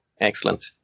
Excellent